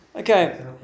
Okay